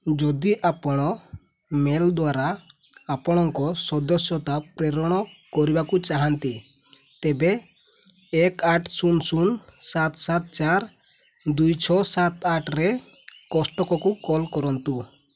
ଯଦି ଆପଣ ମେଲ୍ ଦ୍ୱାରା ଆପଣଙ୍କ ସଦସ୍ୟତା ପ୍ରେରଣ କରିବାକୁ ଚାହାଁନ୍ତି ତେବେ ଏକ ଆଠ ଶୂନ ଶୂନ ସାତ ସାତ ଚାରି ଦୁଇ ଛଅ ସାତ ଆଠରେ କୋଷ୍ଟକୋକୁ କଲ୍ କରନ୍ତୁ